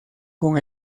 con